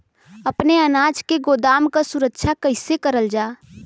अपने अनाज के गोदाम क सुरक्षा कइसे करल जा?